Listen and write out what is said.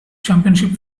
championship